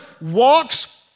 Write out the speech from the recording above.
walks